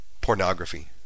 pornography